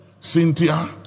Cynthia